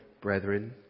brethren